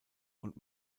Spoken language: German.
und